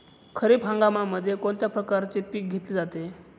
खरीप हंगामामध्ये कोणत्या प्रकारचे पीक घेतले जाते?